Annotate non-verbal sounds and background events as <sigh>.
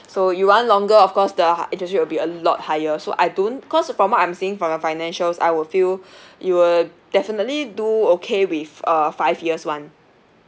so you want longer of course the interest rate will be a lot higher so I don't cause from I'm seeing from your financial I would feel <breath> you will definitely do okay with uh five years [one]